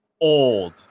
old